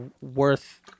worth